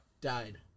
Died